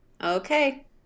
Okay